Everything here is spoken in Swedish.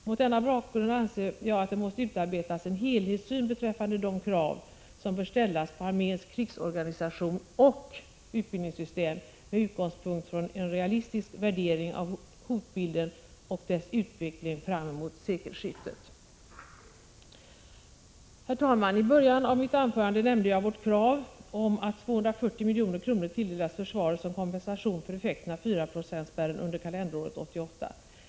Mot denna bakgrund anser jag att det måste utarbetas en helhetssyn beträffande de krav som bör ställas på arméns krigsorganisation och utbildningssystem med utgångspunkt från en realistisk värdering av hotbilden och dess utveckling framemot sekelskiftet. I början av mitt anförande nämnde jag vårt krav att 240 milj.kr. tilldelas försvaret som kompensation för effekterna av 4-procentspärren under kalenderåret 1988.